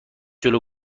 جلو